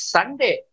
Sunday